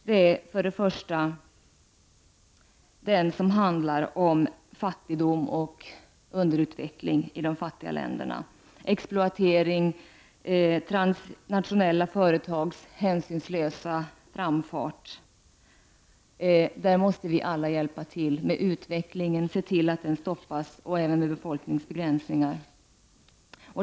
Den första gruppen av problem berör fattigdom och underutveckling i de fattiga länderna, exploatering och transnationella företags hänsynslösa framfart. Vi måste alla hjälpa till och se till att utvecklingen stoppas. Det gäller även befolkningsbegränsningar.